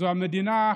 זו המדינה,